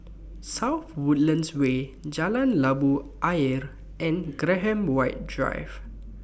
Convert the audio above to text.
South Woodlands Way Jalan Labu Ayer and Graham White Drive